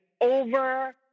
over